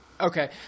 Okay